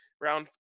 Round